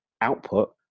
output